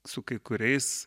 su kai kuriais